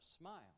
smile